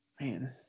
man